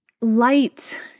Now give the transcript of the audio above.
light